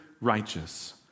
righteous